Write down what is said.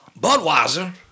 Budweiser